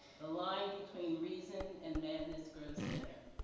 the line between reason and madness grows thinner.